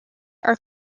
are